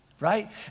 right